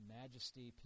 majesty